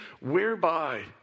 whereby